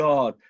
God